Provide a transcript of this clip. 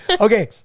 Okay